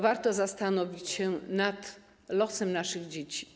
Warto zastanowić się nad losem naszych dzieci.